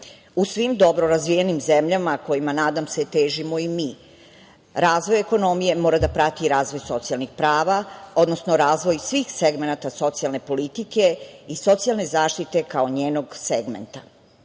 U svim dobro razvijenim zemljama, kojim nadam se težimo i mi, razvoj ekonomije mora da prati i razvoj socijalnih prava, odnosno razvoj svih segmenata socijalne politike i socijalne zaštite kao njenog segmenta. Efikasan